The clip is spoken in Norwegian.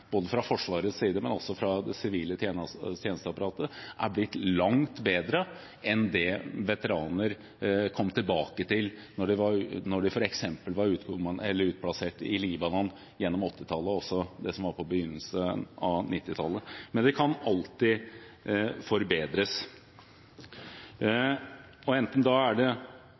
både fra Forsvarets side og fra det sivile tjenesteapparatet, er blitt langt bedre enn det veteraner kom tilbake til etter at de hadde vært utplassert i Libanon gjennom 1980-tallet og på begynnelsen av 1990-tallet. Men det kan alltid forbedres, enten det er